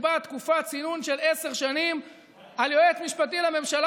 שתקבע תקופת צינון של עשר שנים ליועץ משפטי לממשלה